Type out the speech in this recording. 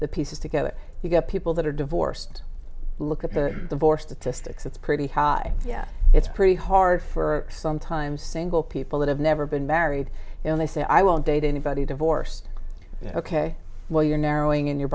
the pieces together you get people that are divorced look at divorce statistics it's pretty high yet it's pretty hard for sometimes single people that have never been married you know they say i won't date anybody divorce ok well you're narrowing in your